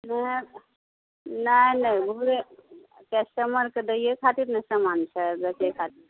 नहि नहि नहि घुरै कस्टमरके दैये खातिर ने समान छै बेचै खातिर छै की